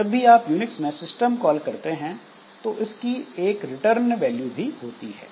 जब भी आप यूनिक्स में सिस्टम कॉल करते हैं तो इसकी एक रिटर्न वैल्यू भी होती है